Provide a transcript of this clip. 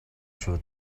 шүү